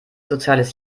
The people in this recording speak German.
soziales